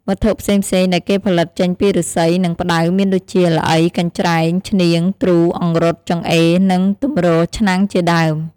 វត្ថុផ្សេងៗដែលគេផលិតចេញពីឬស្សីនិងផ្តៅមានដូចជា ល្អី កញ្ច្រែង ឈ្នាង ទ្រូ អង្រុត ចង្អេរ និងទម្រឆ្នាំងជាដើម។